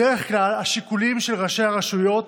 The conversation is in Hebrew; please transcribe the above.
בדרך כלל, השיקולים של ראשי הרשויות